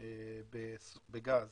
בגז